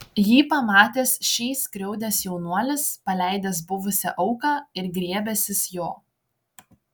jį pamatęs šį skriaudęs jaunuolis paleidęs buvusią auką ir griebęsis jo